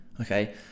Okay